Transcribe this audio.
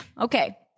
okay